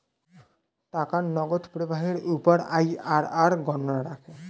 টাকার নগদ প্রবাহের উপর আইআরআর গণনা রাখে